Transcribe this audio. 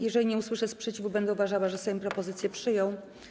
Jeżeli nie usłyszę sprzeciwu, będę uważała, że Sejm propozycję przyjął.